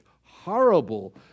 horrible